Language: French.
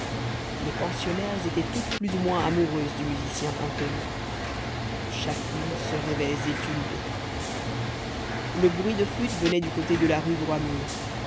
les pensionnaires étaient toutes plus ou moins amoureuses du musicien inconnu chacune se rêvait zétulbé le bruit de flûte venait du côté de la rue